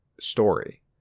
story